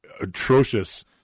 atrocious